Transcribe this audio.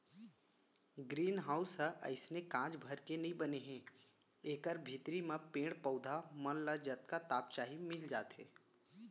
green house ह अइसने कांच भर के नइ बने हे एकर भीतरी म पेड़ पउधा मन ल जतका ताप चाही मिल जाथे